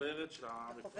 לחוברת של המכרז.